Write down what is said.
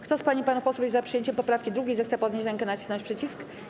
Kto z pań i panów posłów jest za przyjęciem poprawki 2., zechce podnieść rękę i nacisnąć przycisk.